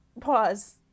Pause